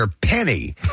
Penny